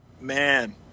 Man